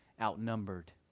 outnumbered